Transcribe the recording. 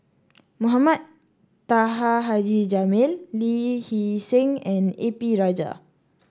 Mohamed Taha Haji Jamil Lee Hee Seng and A P Rajah